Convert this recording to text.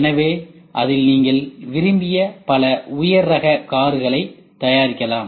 எனவே அதில் நீங்கள் விரும்பிய பல உயர் ரக கார்களை தயாரிக்கலாம்